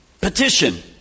petition